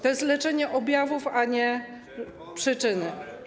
To jest leczenie objawów, a nie przyczyn.